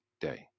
day